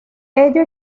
ello